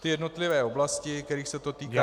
Jednotlivé oblasti, kterých se to týká